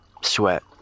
sweat